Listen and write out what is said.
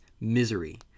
Misery